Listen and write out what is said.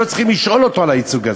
ולא צריכים לשאול אותו על הייצוג הזה.